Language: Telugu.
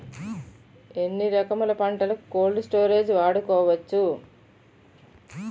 ఎన్ని రకములు పంటలకు కోల్డ్ స్టోరేజ్ వాడుకోవచ్చు?